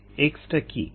x টা কী